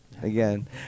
Again